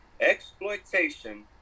exploitation